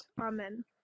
Amen